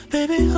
Baby